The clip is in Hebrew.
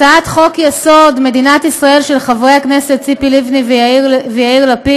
הצעת חוק-יסוד: מדינת ישראל של חברי הכנסת ציפי לבני ויאיר לפיד,